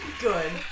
good